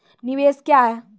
निवेश क्या है?